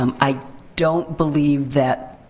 um i don't believe that,